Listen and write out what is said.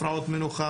הפרעות מנוחה,